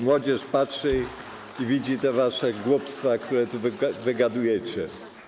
Młodzież patrzy i widzi te wasze głupstwa, które tu wygadujecie.